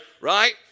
right